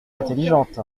intelligente